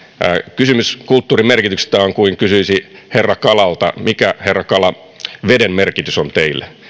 kysymys kulttuurin merkityksestä on kuin kysyisi herra kalalta mikä herra kala veden merkitys on teille